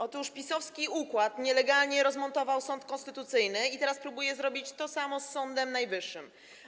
Otóż PiS-owski układ nielegalnie rozmontował sąd konstytucyjny i teraz próbuje zrobić to samo z Sądem Najwyższym.